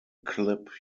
clip